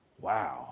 Wow